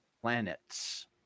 planets